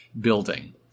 building